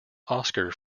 oscar